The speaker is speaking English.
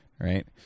right